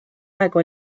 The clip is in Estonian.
aega